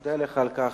מודה לך על כך